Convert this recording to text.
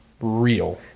real